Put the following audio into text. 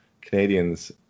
Canadians